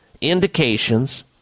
indications